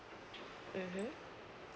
mmhmm